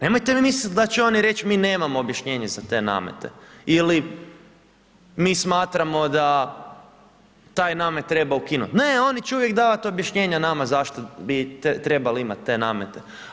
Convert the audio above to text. Nemojte vi misliti da će oni reći mi nemamo objašnjenje za te namete ili mi smatramo da taj namet treba ukinuti, ne oni će uvijek davati objašnjenja nama zašto bi trebali imati te namete.